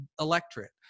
electorate